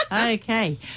Okay